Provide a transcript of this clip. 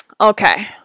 Okay